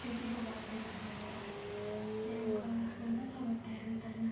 TV ᱦᱚᱸ ᱵᱟᱝ ᱛᱟᱦᱮᱸ ᱞᱮᱱ ᱛᱟᱞᱮᱭᱟ ᱥᱮ ᱚᱱᱠᱟ ᱢᱚᱵᱟᱭᱤᱞ ᱦᱚᱸ ᱵᱟᱝ ᱛᱟᱦᱮᱸᱞᱮᱱ ᱛᱟᱞᱮᱭᱟ